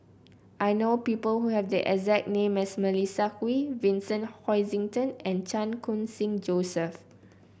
I know people who have the exact name as Melissa Kwee Vincent Hoisington and Chan Khun Sing Joseph